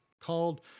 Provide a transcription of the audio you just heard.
called